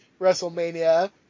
WrestleMania